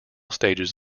stages